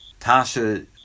tasha